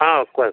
ହଁ କୁହନ୍ତୁ